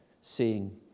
seeing